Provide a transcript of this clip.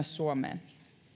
suomeen